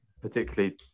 particularly